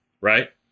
right